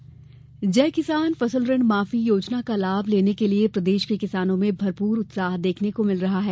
ऋण माफी जय किसान फसल ऋण माफी योजना का लाभ लेने के लिये प्रदेश के किसानों में भरपूर उत्साह देखने को मिल रहा है